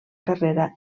carrera